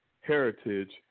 heritage